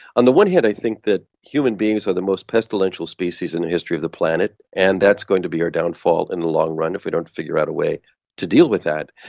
on the one hand i think that human beings are the most pestilential species in the history of the planet, and that's going to be our downfall in the long run, if we don't figure out a way to deal with that.